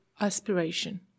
aspiration